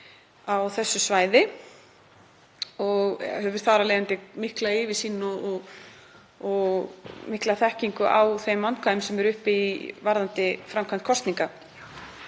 á þessu svæði og hefur þar af leiðandi mikla yfirsýn og mikla þekkingu á þeim vandkvæðum sem eru uppi varðandi framkvæmd kosninga.